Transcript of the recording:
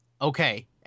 Okay